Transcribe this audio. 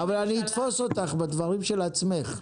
אבל אני אתפוס אותך בדברים של עצמך.